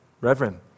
reverend